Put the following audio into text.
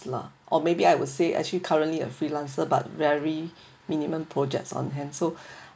lah or maybe I would say actually currently a freelancer but very minimum projects on hand so